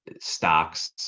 stocks